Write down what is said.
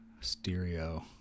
stereo